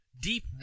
deep